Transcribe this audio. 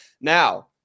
Now